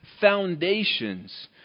foundations